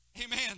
amen